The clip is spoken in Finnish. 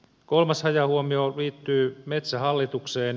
kolmas hajahuomio liittyy metsähallitukseen